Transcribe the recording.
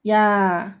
ya